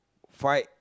fight